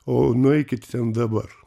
o nueikit ten dabar